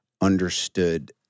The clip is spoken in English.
understood